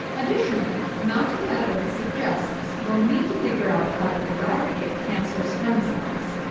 additionally, mounting evidence suggests we'll need to figure out how to eradicate cancer stem cells.